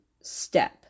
step